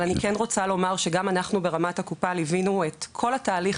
אבל אני רוצה לומר שגם אנחנו ברמת הקופה ליווינו את כל התהליך